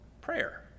prayer